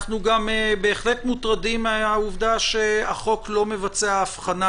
אנחנו גם בהחלט מוטרדים מהעובדה שהחוק לא מבצע הבחנה